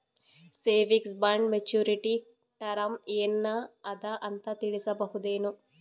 Savings bond maturity term ಏನ ಅದ ಅಂತ ತಿಳಸಬಹುದೇನು?